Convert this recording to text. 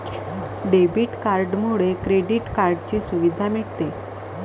debit कार्डमुळे credit कार्डची सुविधा मिळते